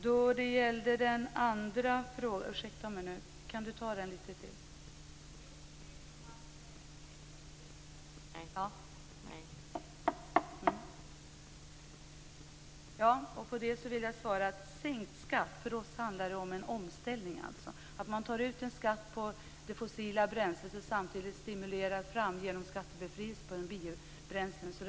När det gäller den andra frågan vill jag säga att sänkt skatt för oss handlar om en omställning. Man tar ut en skatt på det fossila bränslet och stimulerar samtidigt fram en skattebefrielse på biobränslen.